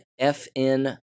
FN